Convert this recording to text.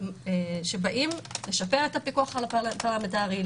תיקונים שבאים לששר את הפיקוח הפרלמנטרי,